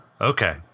Okay